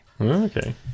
Okay